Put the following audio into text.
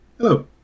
Hello